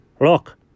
Look